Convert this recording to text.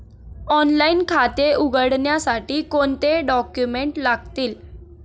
Online खाते उघडण्यासाठी कोणते डॉक्युमेंट्स लागतील?